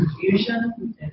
confusion